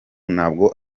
ntabwo